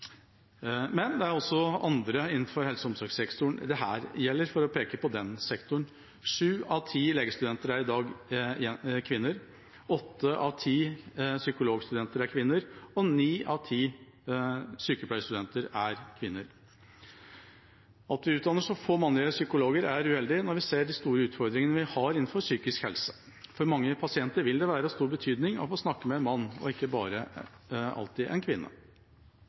men det gjelder også andre innenfor helse- og omsorgssektoren, for å peke på den sektoren: Sju av ti legestudenter i dag er kvinner, åtte av ti psykologistudenter er kvinner, og ni av ti sykepleierstudenter er kvinner. At vi utdanner så få mannlige psykologer, er uheldig når vi ser de store utfordringene vi har innenfor psykisk helse. For mange pasienter vil det være av stor betydning å få snakke med en mann, ikke bare alltid en kvinne.